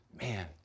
man